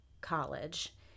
college